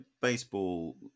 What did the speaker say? baseball